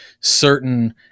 certain